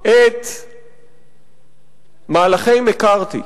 את מהלכי מקארתי,